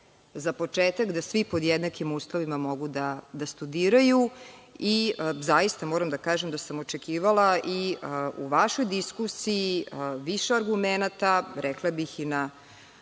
za početak da svi pod jednakim uslovima mogu da studiraju i zaista moram da kažem da sam očekivala i u vašoj diskusiji više argumenata, rekla bih, i na